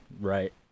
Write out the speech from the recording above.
right